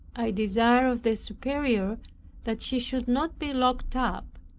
i desired of the superior that she should not be locked up,